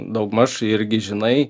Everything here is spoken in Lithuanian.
daugmaž irgi žinai